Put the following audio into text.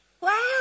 Wow